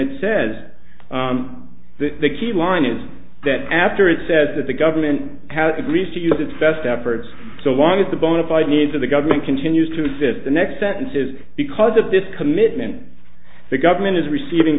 it says that the key line is that after it says that the government has agreed to use its best efforts so long as the bona fide needs of the government continues to fit the next sentence is because of this commitment the government is receiving